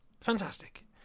fantastic